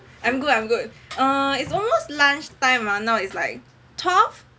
I am good I am good err it's almost lunchtime ah now is like twelve